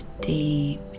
deep